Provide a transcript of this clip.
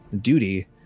duty